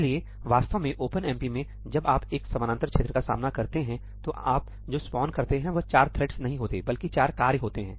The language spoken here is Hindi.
इसलिए वास्तव में ओपनएमपी में जब आप एक समानांतर क्षेत्र का सामना करते हैं तो आप जो स्पॉन करते हैं वह चार थ्रेड्स नहीं होते हैं बल्कि चार कार्य होते हैं